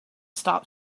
stop